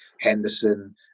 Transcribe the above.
Henderson